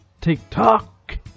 TikTok